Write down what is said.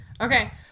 okay